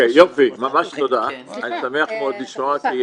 יופי, ממש תודה, אני שמח מאוד לשמוע.